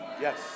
Yes